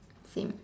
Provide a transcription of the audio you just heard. same